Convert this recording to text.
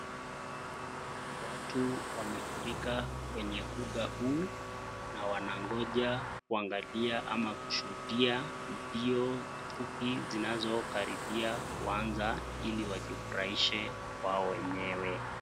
Watu wamefurika kwenye uga huu, na wanangoja kuangalia ama kushuhudia mbio hizi zinazokaribia kuanza ili wajifurahishe wao wenyewe.